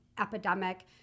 epidemic